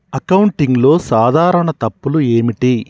అకౌంటింగ్లో సాధారణ తప్పులు ఏమిటి?